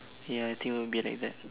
ya I think it will be like that